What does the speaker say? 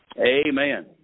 Amen